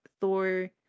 Thor